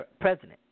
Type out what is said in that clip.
president